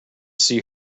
see